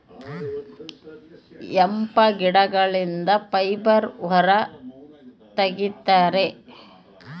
hemp ಗಿಡಗಳಿಂದ fibre ಹೊರ ತಗಿತರೆ